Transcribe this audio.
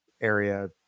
area